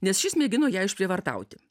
nes šis mėgino ją išprievartauti